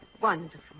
wonderful